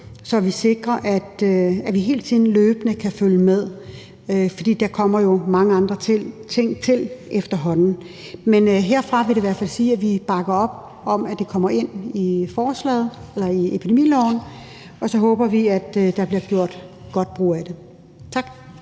så vi sikrer, at vi hele tiden løbende kan følge med. For der kommer jo mange andre ting til efterhånden. Herfra vil det i hvert fald sige, at vi bakker op om, at det kommer ind i epidemiloven, og så håber vi, at der bliver gjort god brug af det. Tak.